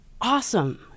awesome